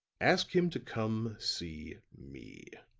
ask him to come see me.